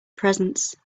presence